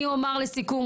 אני אומר לסיכום,